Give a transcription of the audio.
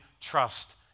trust